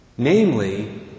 Namely